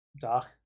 dark